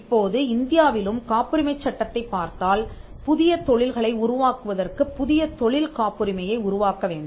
இப்போது இந்தியாவிலும் காப்புரிமைச் சட்டத்தைப் பார்த்தால் புதியதொழில்களை உருவாக்குவதற்குப் புதிய தொழில் காப்புரிமையை உருவாக்க வேண்டும்